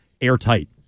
airtight